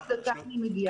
-- שנייה אני מגיעה לזה.